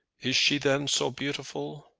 is she then so beautiful?